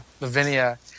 Lavinia